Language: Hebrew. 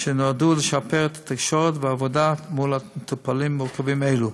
שנועדו לשפר את התקשורת והעבודה מול מטופלים מורכבים אלו.